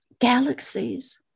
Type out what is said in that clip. galaxies